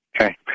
Okay